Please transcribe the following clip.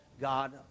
God